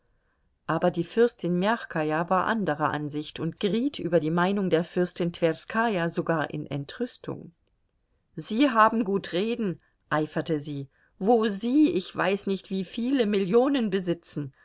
aber die fürstin mjachkaja war anderer ansicht und geriet über die meinung der fürstin twerskaja sogar in entrüstung sie haben gut reden eiferte sie wo sie ich weiß nicht wie viele millionen besitzen